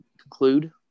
conclude